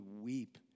weep